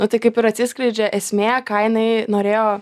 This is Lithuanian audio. nu tai kaip ir atsiskleidžia esmė ką jinai norėjo